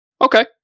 Okay